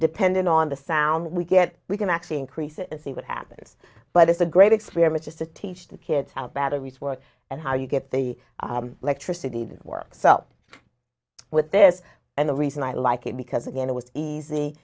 depending on the sound we get we can actually increase it and see what happens but it's a great experiment just to teach the kids how batteries work and how you get the electricity that works up with this and the reason i like it because again it was easy